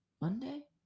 Monday